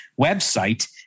website